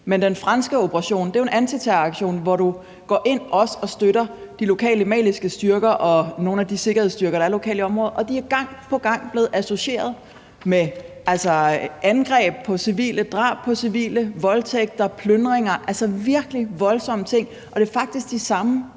men den franske operation er jo en antiterroraktion, hvor du også går ind og støtter de lokale maliske styrker og nogle af de sikkerhedsstyrker, der er lokalt i området, og de er gang på gang blevet associeret med angreb på civile, drab på civile, voldtægter, plyndringer – altså virkelig voldsomme ting – og det er faktisk de samme